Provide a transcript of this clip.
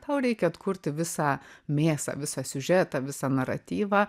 tau reikia atkurti visą mėsą visą siužetą visą naratyvą